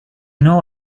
know